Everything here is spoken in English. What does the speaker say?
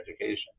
education